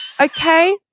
Okay